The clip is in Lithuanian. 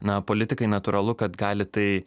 na politikai natūralu kad gali tai